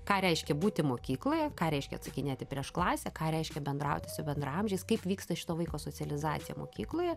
ką reiškia būti mokykloje ką reiškia atsakinėti prieš klasę ką reiškia bendrauti su bendraamžiais kaip vyksta šito vaiko socializacija mokykloje